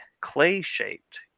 clay-shaped